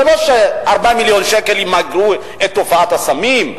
זה לא ש-4 מיליון שקל ימגרו את תופעת הסמים,